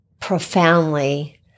profoundly